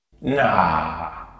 Nah